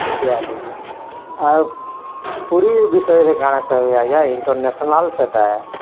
ଦେଖି ଆଇଲି ଯେ ଆଉ୍ ପୁରୀ ବିଷୟରେ କାଣା କହିବି ଆଜ୍ଞା ଇନ୍ଟର୍ନେସ୍ନାଲ୍ ସେଇଟା